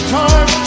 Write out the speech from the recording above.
time